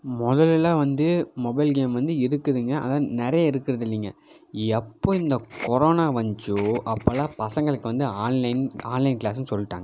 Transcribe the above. முதலெல்லாம் வந்து mobile game வந்து இருக்குதுங்க ஆனால் நிறையா இருக்குறதில்லைங்க எப்போ இந்த கொரோனா வந்துச்சோ அப்போல்லாம் பசங்களுக்கு வந்து ஆன்லைன் ஆன்லைன் கிளாஸ்ன்னு சொல்லிட்டாங்க